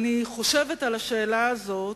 אני חושבת על השאלה הזאת,